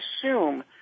assume